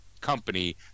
company